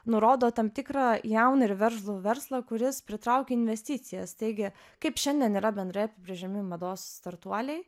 nurodo tam tikrą jauną ir veržlų verslą kuris pritraukia investicijas taigi kaip šiandien yra bendrai apibrėžiami mados startuoliai